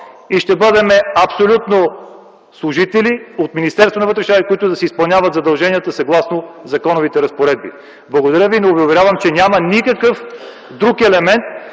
и ще бъдем абсолютно служители на Министерството на вътрешните работи, които си изпълняват задълженията съгласно законовите разпоредби. Благодаря Ви, но Ви уверявам, че няма никакъв друг елемент